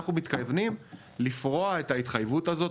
אנחנו מתכוונים לפרוע את ההתחייבות הזאת,